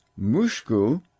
Mushku